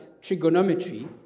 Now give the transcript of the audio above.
trigonometry